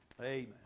Amen